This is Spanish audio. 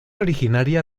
originaria